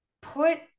Put